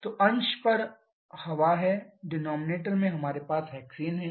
तो अंश पर हवा है डिनॉमिनेटर में हमारे पास हेक्सेन है